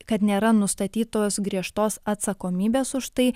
kad nėra nustatytos griežtos atsakomybės už tai